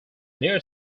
near